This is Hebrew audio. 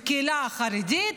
כביכול, בקהילה החרדית,